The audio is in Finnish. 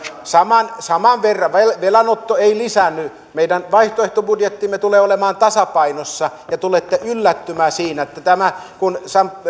saman saman verran velanotto ei lisäänny meidän vaihtoehtobudjettimme tulee olemaan tasapainossa ja tulette yllättymään siinä että kun